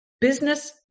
business